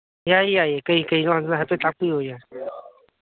ꯌꯥꯏꯌꯦ ꯌꯥꯏꯌꯦ ꯀꯩꯀꯩꯅꯣ ꯍꯥꯏꯐꯦꯠ ꯇꯥꯛꯄꯤꯌꯨ ꯌꯥꯅꯤ